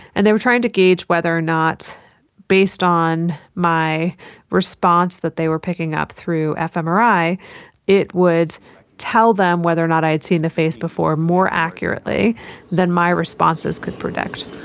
and they were trying to gauge whether or not based on my response that they were picking up through fmri it would tell them whether or not i had seen the face before more accurately than my responses could predict.